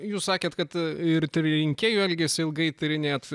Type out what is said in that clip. jūs sakėt kad ir rinkėjų elgesį ilgai tyrinėt